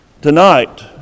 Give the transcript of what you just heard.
Tonight